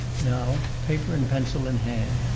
now, paper and pencil in hand,